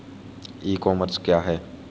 ई commerce क्या है?